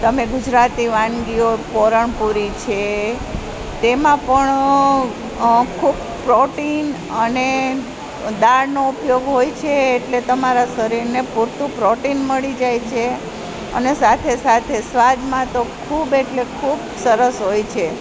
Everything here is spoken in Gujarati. તમે ગુજરાતી વાનગીઓ પુરણપોળી છે તેમાં પણ ખૂબ પ્રોટીન અને દાળનો ઉપયોગ હોય છે એટલે તમારા શરીરને પૂરતું પ્રોટીન મળી જાય છે અને સાથે સાથે સ્વાદમાં તો ખૂબ એટલે ખૂબ સરસ હોય છે